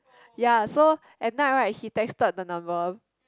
ya so at night right he texted the number